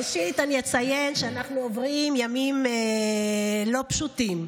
ראשית, אציין שאנחנו עוברים ימים לא פשוטים.